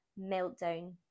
meltdown